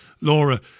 Laura